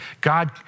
God